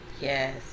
Yes